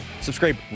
Subscribe